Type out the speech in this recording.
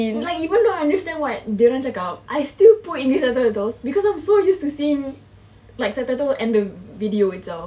like even though I understand what droang cakap I still put english subtitles because I'm so used to seeing like subtitle and the video itself